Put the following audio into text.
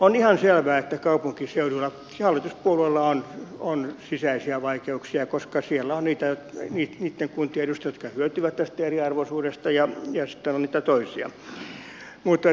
on ihan selvää että kaupunkiseuduilla hallituspuolueilla on sisäisiä vaikeuksia koska siellä on niitten kuntien edustajia jotka hyötyvät tästä eriarvoisuudesta ja sitten on niitä toisia